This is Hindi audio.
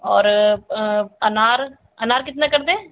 और अनार अनार कितना कर दें